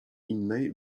innej